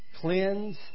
cleanse